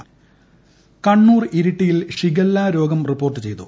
Kannur shigella Kannur ഇരിട്ടിയിൽ shigella രോഗം report ചെയ്തു